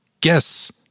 guess